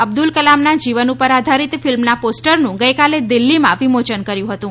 અબદલ કલામના જીવન પર આધરીત ફિલ્મના પોસ્ટરનું ગઇકાલે દિલ્ફીમાં વિમોચન કર્યુ હતુ